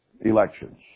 elections